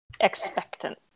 Expectant